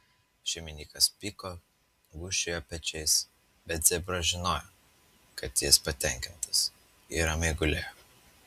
šeimininkas pyko gūžčiojo pečiais bet zebras žinojo kad jis patenkintas ir ramiai gulėjo